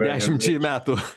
dešimčiai metų